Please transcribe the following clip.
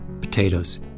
potatoes